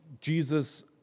Jesus